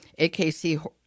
AKC